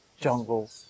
jungle